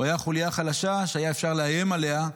הוא היה החוליה החלשה שהיה אפשר לאיים עליה,